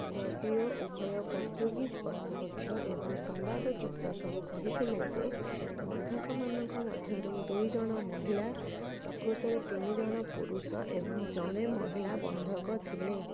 ଯଦିଓ ଉଭୟ ପର୍ତ୍ତୁଗୀଜ୍ କର୍ତ୍ତୃପକ୍ଷ ଏବଂ ସମ୍ବାଦ ସଂସ୍ଥା ସବୁ କହିଥିଲେ ଯେ ବନ୍ଧକମାନଙ୍କ ମଧ୍ୟରୁ ଦୁଇଜଣ ମହିଳା ପ୍ରକୃତରେ ତିନି ଜଣ ପୁରୁଷ ଏବଂ ଜଣେ ମହିଳା ବନ୍ଧକ ଥିଲେ